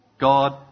God